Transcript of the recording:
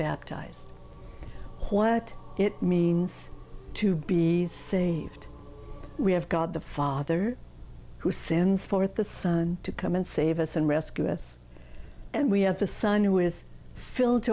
baptized what it means to be saved we have god the father who sends forth the son to come and save us and rescue us and we have a son who is filled